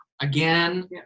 again